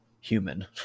human